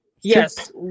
Yes